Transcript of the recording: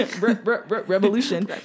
revolution